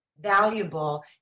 valuable